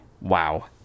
wow